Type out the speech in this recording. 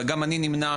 גם אני נמנה,